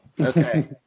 Okay